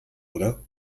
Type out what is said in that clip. oder